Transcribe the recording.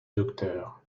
docteur